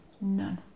none